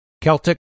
Celtic